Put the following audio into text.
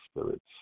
spirits